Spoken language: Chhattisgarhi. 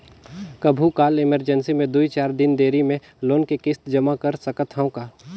कभू काल इमरजेंसी मे दुई चार दिन देरी मे लोन के किस्त जमा कर सकत हवं का?